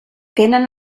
tenen